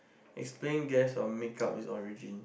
explain guest of make up it origin